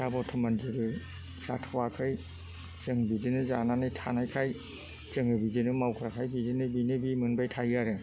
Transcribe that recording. दा बर्थमान जेबो जाथ'आखै जों बिदिनो जानानै थानायखाय जोङो बिदिनो मावग्राखाय बिदिनो बिनो बि मोनबाय थायो आरो